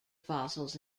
fossils